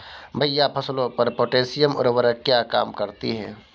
भैया फसलों पर पोटैशियम उर्वरक क्या काम करती है?